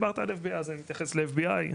אני אתייחס ל-FBI,